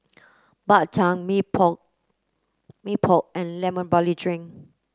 Bak Chang Mee Pok Mee Pok and lemon barley drink